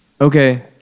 Okay